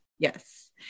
Yes